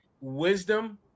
wisdom